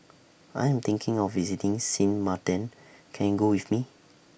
I Am thinking of visiting Sint Maarten Can YOU Go with Me